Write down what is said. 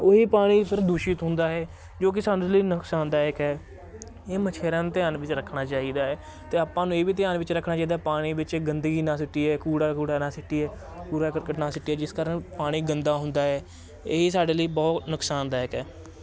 ਉਹੀ ਪਾਣੀ ਫਿਰ ਦੂਸ਼ਿਤ ਹੁੰਦਾ ਹੈ ਜੋ ਕਿ ਸਾਡੇ ਲਈ ਨੁਕਸਾਨਦਾਇਕ ਹੈ ਇਹ ਮਛੇਰਿਆਂ ਨੂੰ ਧਿਆਨ ਵਿੱਚ ਰੱਖਣਾ ਚਾਹੀਦਾ ਹੈ ਅਤੇ ਆਪਾਂ ਨੂੰ ਇਹ ਵੀ ਧਿਆਨ ਵਿੱਚ ਰੱਖਣਾ ਚਾਹੀਦਾ ਪਾਣੀ ਵਿੱਚ ਗੰਦਗੀ ਨਾ ਸੁੱਟੀਏ ਕੂੜਾ ਕੂੜਾ ਨਾ ਸਿੱਟੀਏ ਕੂੜਾ ਕਰਕਟ ਨਾ ਸਿੱਟੀਏ ਜਿਸ ਕਾਰਨ ਪਾਣੀ ਗੰਦਾ ਹੁੰਦਾ ਹੈ ਇਹ ਸਾਡੇ ਲਈ ਬਹੁਤ ਨੁਕਸਾਨਦਾਇਕ ਹੈ